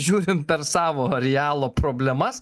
žiūrim per savo arialo problemas